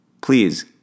Please